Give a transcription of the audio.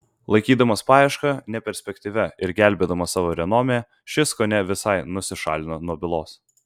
laikydamas paiešką neperspektyvia ir gelbėdamas savo renomė šis kone visai nusišalino nuo bylos